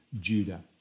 Judah